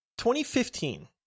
2015